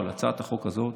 או על הצעת החוק הזאת,